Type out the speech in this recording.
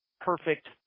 perfect